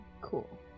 Cool